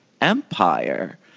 empire